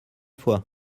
fois